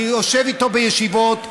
אני יושב איתו בישיבות,